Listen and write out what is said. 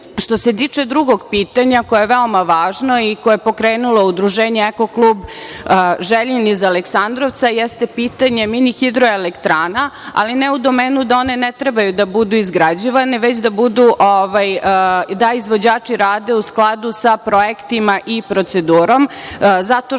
se tiče drugog pitanja, koje je veoma važno, i koje je pokrenulo Udruženje Ekoklub „Željin“ iz Aleksandrovca je ste pitanje mini hidroelektrana, ali ne u domenu da one ne treba da budu izrađivane, već da izvođači radova u skladu sa projektima i procedurom to rade,